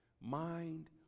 mind